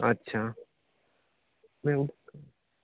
अच्छा नहि ओ